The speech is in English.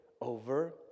over